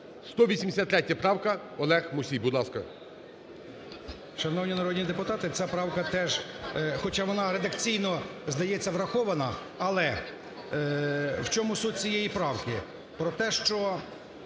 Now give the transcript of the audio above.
183 правка. Олег Мусій, будь ласка.